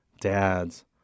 dads